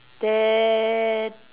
then